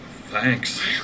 Thanks